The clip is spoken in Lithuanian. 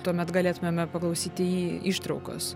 tuomet galėtumėme dar paklausyti ištraukos